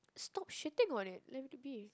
stop shitting on it let it to be